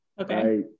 Okay